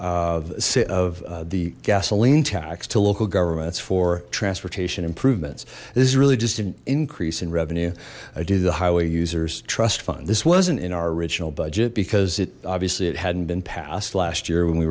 of the gasoline tax to local governments for transportation improvements this is really just an increase in revenue i do the highway users trust fund this wasn't in our original budget because it obviously it hadn't been passed last year when we